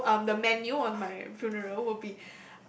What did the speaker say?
and so um the menu on my funeral will be